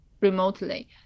remotely